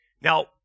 Now